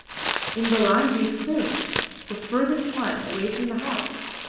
in bulangi's clearing the furthest one, away from the house.